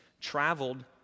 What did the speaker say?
traveled